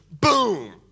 boom